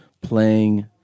playing